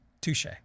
Touche